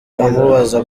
amubuza